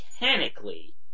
mechanically